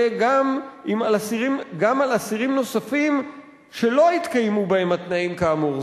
האלה גם על אסירים נוספים שלא התקיימו בהם התנאים כאמור,